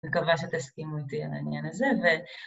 מקווה שתסכימו איתי על העניין הזה